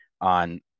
on